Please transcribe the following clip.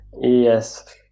Yes